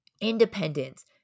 Independence